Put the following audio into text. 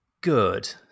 Good